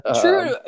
True